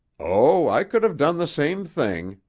oh, i could have done the same thing,